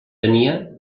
tenia